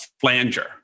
flanger